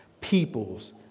peoples